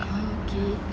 ah okay